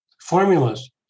Formulas